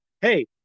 Hey